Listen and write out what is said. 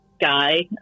guy